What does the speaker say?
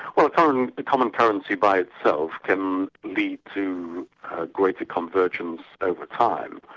well um the common currency by itself can lead to a greater convergence over time,